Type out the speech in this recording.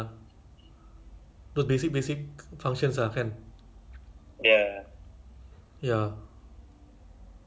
my friend eh my friend singaporean kan but then he dia study full time dekat pergi luar U_S_A ah